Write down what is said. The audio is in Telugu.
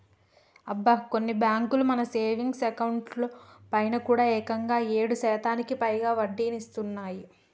అబ్బా కొన్ని బ్యాంకులు మన సేవింగ్స్ అకౌంట్ లో పైన కూడా ఏకంగా ఏడు శాతానికి పైగా వడ్డీనిస్తున్నాయి